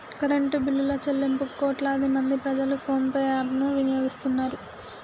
current బిల్లుల చెల్లింపులకు కోట్లాది మంది ప్రజలు ఫోన్ పే యాప్ ను వినియోగిస్తున్నరు